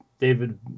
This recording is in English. David